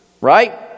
Right